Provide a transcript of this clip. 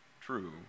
true